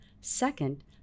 Second